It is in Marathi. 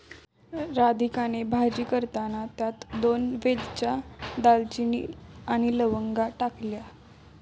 राधिकाने भाजी करताना त्यात दोन हिरव्या वेलच्या, दालचिनी आणि लवंगा टाकल्या